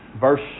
verse